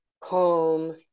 calm